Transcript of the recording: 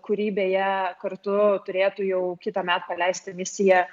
kurį beje kartu turėtų jau kitąmet paleisti misija